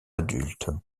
adulte